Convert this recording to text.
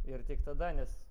ir tik tada nes